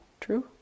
true